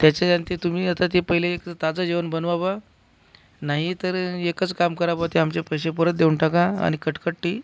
त्याच्या आणखी तुम्ही आता ते पहिले एक ताजं जेवण बनवा बा नाही तर एकच काम करा बा ते आमचे पैसे परत देऊन टाका आणि कटकटी